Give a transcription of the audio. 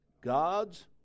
God's